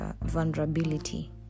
vulnerability